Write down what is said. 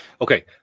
Okay